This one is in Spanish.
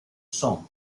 son